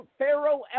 Pharaoh